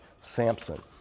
Samson